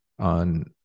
on